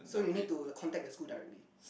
so you need to contact the school directly